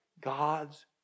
God's